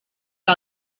que